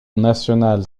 national